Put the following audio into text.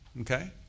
Okay